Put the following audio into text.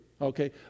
okay